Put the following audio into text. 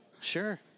Sure